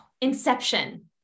inception